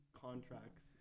contracts